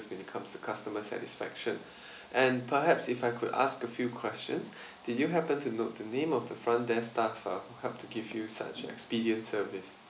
when it comes to customer satisfaction and perhaps if I could ask a few questions did you happen to note the name of the front desk staff uh who help to give you such an expedient service